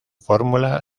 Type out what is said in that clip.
fórmula